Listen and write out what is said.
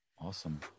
Awesome